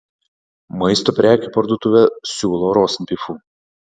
maisto prekių parduotuvė siūlo rostbifų